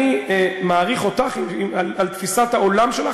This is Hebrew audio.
אני מעריך אותך על תפיסת העולם שלך,